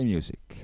Music